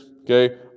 okay